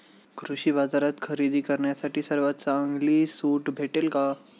कृषी बाजारात खरेदी करण्यासाठी सर्वात चांगली सूट भेटेल का?